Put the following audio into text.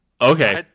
okay